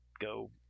go